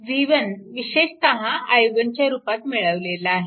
v1 विशेषतः i1 च्या रूपात मिळवलेला आहे